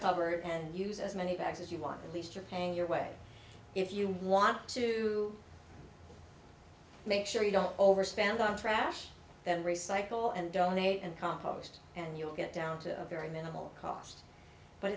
cupboard and use as many bags as you want at least you're paying your way if you want to make sure you don't overspend on trash and recycle and donate and compost and you'll get down to very minimal cost but